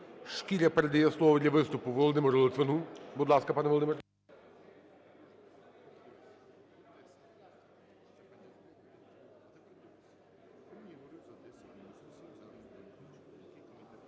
Шкіря передає слово для виступу Володимиру Литвину. Будь ласка, пане Володимир.